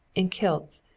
in kilts,